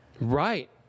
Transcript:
Right